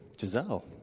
Giselle